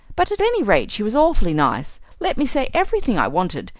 but at any rate she was awfully nice let me say everything i wanted,